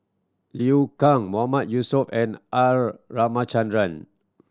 Liu Kang Mahmood Yusof and R Ramachandran